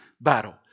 battle